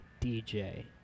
DJ